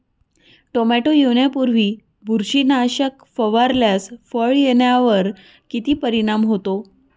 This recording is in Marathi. टोमॅटो येण्यापूर्वी बुरशीनाशक फवारल्यास फळ येण्यावर किती परिणाम होतो?